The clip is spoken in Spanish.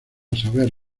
saber